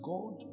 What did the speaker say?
God